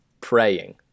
praying